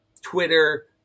Twitter